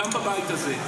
גם בבית הזה.